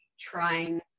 trying